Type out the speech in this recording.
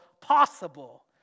possible